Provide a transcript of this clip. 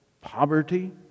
poverty